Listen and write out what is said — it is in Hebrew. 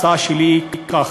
ההצעה שלי היא כך: